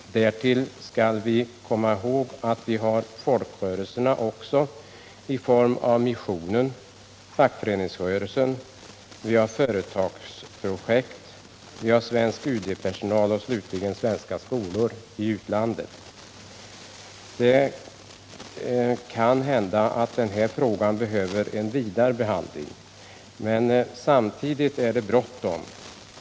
Vi bör i detta sammanhang komma ihåg att vi också har folkrörelserna i form av missionen och fackföreningarna, företagsprojekt, svensk UD-personal och svenska skolor i utlandet. Det kan hända att denna fråga behöver en vidare behandling. Men samtidigt måste betonas att det är bråttom.